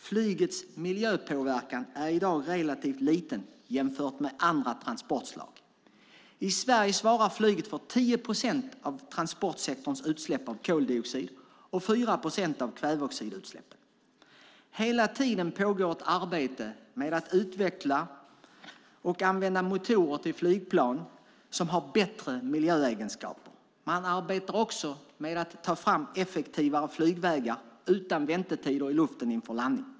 Flygets miljöpåverkan är i dag relativt liten jämfört med andra transportslag. I Sverige svarar flyget för 10 procent av transportsektorns utsläpp av koldioxid och 4 procent av kväveoxidutsläppen. Hela tiden pågår ett arbete med att utveckla och använda motorer till flygplan som har bättre miljöegenskaper. Man arbetar också med att ta fram effektivare flygvägar utan väntetider i luften inför landning.